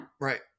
Right